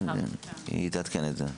היא תעדכן את זה.